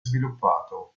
sviluppato